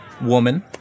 woman